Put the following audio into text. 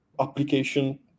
application